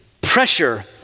pressure